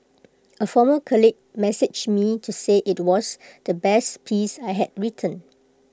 A former colleague messaged me to say IT was the best piece I had written